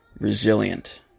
resilient